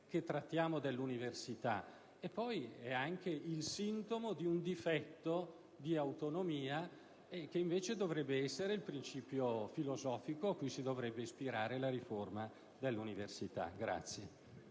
che trattiamo dell'università, ed è anche il sintomo di un difetto di autonomia, che invece dovrebbe essere il principio filosofico cui dovrebbe ispirarsi la riforma dell'università.